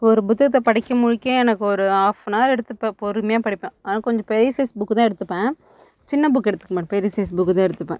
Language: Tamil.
ஒரு புத்தகத்தை படித்து முடிக்க எனக்கு ஒரு ஆஃப்பனவர் எடுத்துப்பேன் பொறுமையாக படிப்பேன் ஆனால் கொஞ்சம் பெரிய சைஸ் புக்குதான் எடுத்துப்பேன் சின்ன புக்கு எடுத்துக்க பெரிய சைஸ் புக்கு தான் எடுத்துப்பேன்